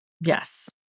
Yes